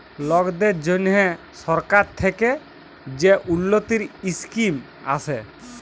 লকদের জ্যনহে সরকার থ্যাকে যে উল্ল্যতির ইসকিম আসে